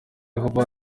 yehova